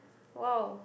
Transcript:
!wow!